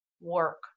work